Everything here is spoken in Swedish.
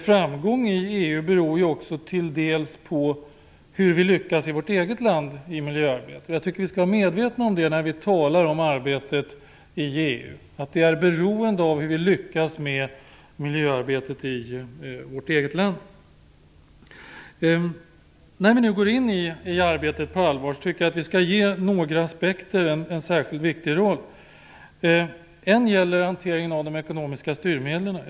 Framgång i EU beror ju också till dels på hur vi lyckas med miljöarbetet i vårt eget land, något som jag tycker att vi skall vara medvetna om när vi talar om arbetet i EU. När vi nu går in i arbetet på allvar tycker jag att några aspekter skall ges en särskilt viktig roll. För det första gäller det hanteringen av de ekonomiska styrmedlen.